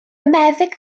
meddyg